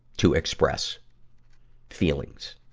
to express feelings.